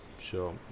Sure